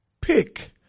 pick